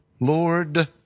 Lord